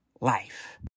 life